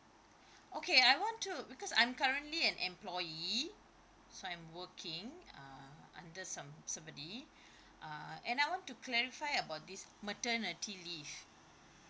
okay I want to because I'm currently an employee so I'm working uh under some somebody uh and I want to clarify about this maternity leave